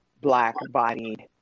Black-bodied